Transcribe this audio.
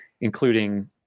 including